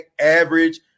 average